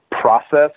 process